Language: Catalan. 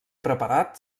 preparat